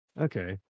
Okay